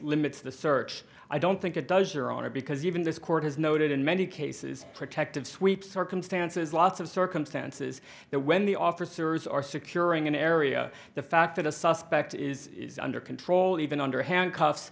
limits the search i don't think it does your honor because even this court has noted in many cases protective sweep circumstances lots of circumstances that when the officers are securing an area the fact that a suspect is under control even under